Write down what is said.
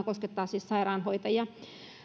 koskettaa siis sairaanhoitajia